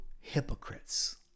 hypocrites